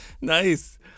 Nice